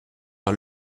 par